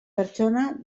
pertsona